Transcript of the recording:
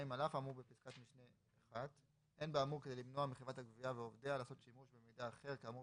את זה תמורת שכר טרחה מאוד נמוך